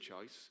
choice